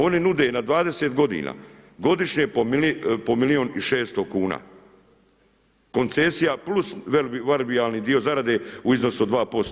Oni nude na 20 godina godišnje po milijun i 600 kuna, koncesija + varbijalni dio zarade u iznosu 2%